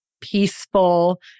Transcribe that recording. peaceful